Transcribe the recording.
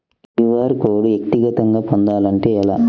QR code వ్యక్తిగతంగా పొందాలంటే ఎలా?